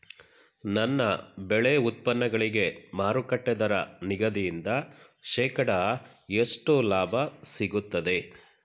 ನನ್ನ ಬೆಳೆ ಉತ್ಪನ್ನಗಳಿಗೆ ಮಾರುಕಟ್ಟೆ ದರ ನಿಗದಿಯಿಂದ ಶೇಕಡಾ ಎಷ್ಟು ಲಾಭ ಸಿಗುತ್ತದೆ?